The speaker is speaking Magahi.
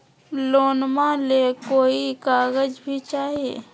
लोनमा ले कोई कागज भी चाही?